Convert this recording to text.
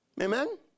Amen